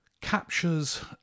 captures